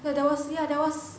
ya there was yeah there was